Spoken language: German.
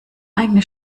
eigene